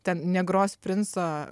ten negrosiu princo